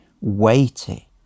weighty